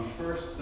First